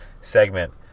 segment